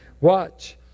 Watch